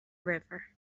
river